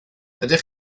ydych